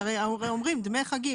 הרי אומרים דמי חגים.